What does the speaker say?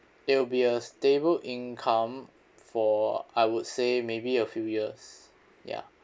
it will be a stable income for I would say maybe a few years ya